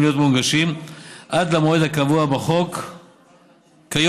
להיות מונגשים עד המועד הקבוע בחוק כיום,